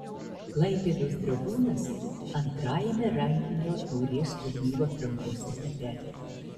klaipėdos dragūnas antrajame rankinio taurės turnyro atrankos etape